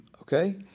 okay